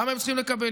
למה הם צריכים לקבל?